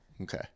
Okay